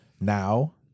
now